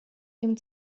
dem